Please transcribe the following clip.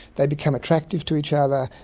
they become attractive to each other,